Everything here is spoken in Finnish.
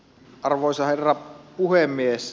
arvoisa herra puhemies